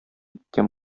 иткән